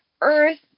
earth